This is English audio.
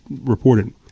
reported